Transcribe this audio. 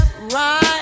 Right